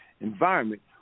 environment